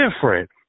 different